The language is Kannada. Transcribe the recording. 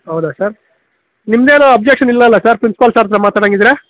ಹೌದ ಸರ್ ನಿಮ್ದೇನೂ ಆಬ್ಜೆಕ್ಷನ್ ಇಲ್ಲ ಅಲ ಸರ್ ಪ್ರಿನ್ಸ್ಪಲ್ ಸರ್ ಅತ್ರ ಮಾತಾಡಂಗ್ ಇದ್ರೆ